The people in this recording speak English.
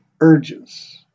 urges